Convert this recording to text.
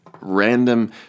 random